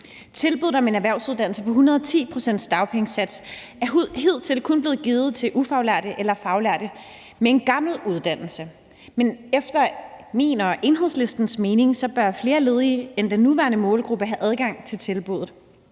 Tilbuddet om en erhvervsuddannelse på 110 procents dagpengesats er hidtil kun blivet givet til ufaglærte eller faglærte med en gammel uddannelse, men efter min og Enhedslistens mening bør flere ledige end den nuværende målgruppe have adgang til tilbuddet.